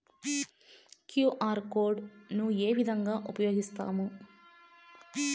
QR code ను ఏ విధంగా ఉపయగిస్తాము?